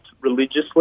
religiously